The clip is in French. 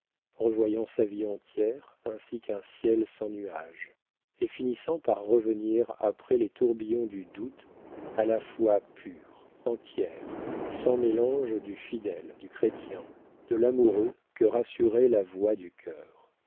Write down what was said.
revoyant sa vie entière ainsi qu'un ciel sans nuage et finissant par revenir après les tourbillons du doute à la foi pure entière sans mélange du fidèle du chrétien de l'amoureux que rassurait la voix du cœur